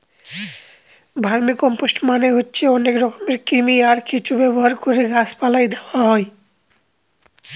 vermicompost মানে হচ্ছে অনেক রকমের কৃমি, আর কেঁচো ব্যবহার করে গাছ পালায় দেওয়া হয়